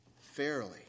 fairly